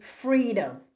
freedom